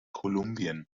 kolumbien